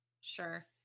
sure